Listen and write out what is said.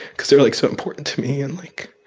because they're, like, so important to me and, like,